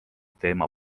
teema